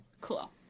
cool